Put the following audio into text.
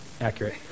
accurate